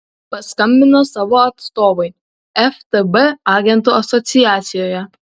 paskambino savo atstovui ftb agentų asociacijoje